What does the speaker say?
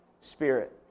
Spirit